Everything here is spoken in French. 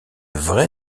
vrai